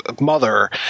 mother